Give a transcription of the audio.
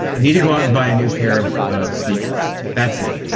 you need to go out and buy a new pair of of sneakers that's it.